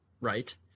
right